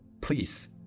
please